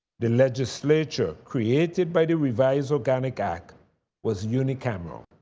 the legislature created by the revised organic act was uni cameral.